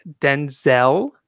Denzel